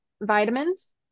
vitamins